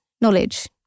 knowledge